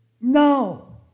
No